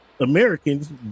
americans